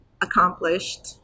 Accomplished